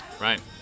Right